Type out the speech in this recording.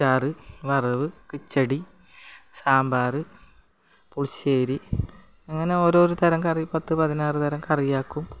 അച്ചാർ വറവ് കിച്ചടി സാമ്പാർ പുളിശ്ശേരി അങ്ങനെ ഓരോരു തരം കറി പത്തു പതിനാറു തരം കറിയാക്കും